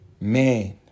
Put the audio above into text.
Man